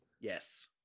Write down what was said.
Yes